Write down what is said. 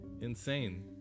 insane